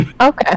Okay